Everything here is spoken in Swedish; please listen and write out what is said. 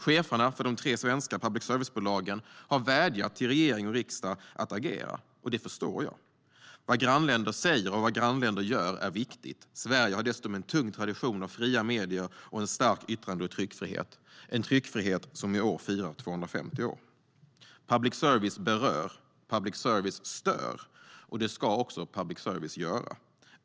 Cheferna för de tre svenska public service-bolagen har vädjat till regering och riksdag att agera, och det förstår jag. Vad grannländer säger och vad grannländer gör är viktigt. Sverige har dessutom en tung tradition av fria medier och en stark yttrande och tryckfrihet, en tryckfrihet som i år firar 250 år. Public service berör. Public service stör. Och det ska också public service göra.